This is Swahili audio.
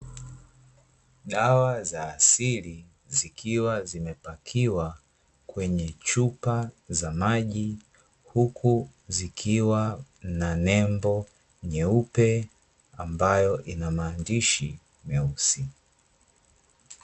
Dawa za asili zikiwa zimepakiwa, kwenye chupa za maji, huku zikiwa na nembo nyeupe, ambayo ina maandishi meusi.